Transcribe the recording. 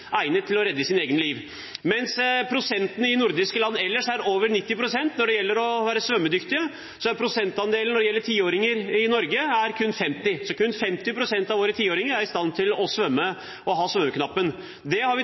til å redde sitt eget liv. Mens andelen svømmedyktige i nordiske land er på over 90 pst., er andelen blant tiåringer i Norge kun 50 pst. Kun 50 pst. av våre tiåringer er i stand til å ta svømmeknappen. Det har vi